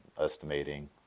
estimating